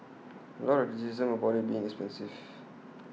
A lot of criticism about IT being expensive